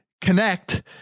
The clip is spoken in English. connect